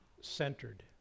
Centered